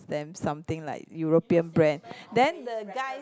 them something like European brand then the guy